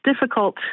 difficult